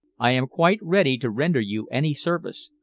i am quite ready to render you any service,